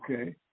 Okay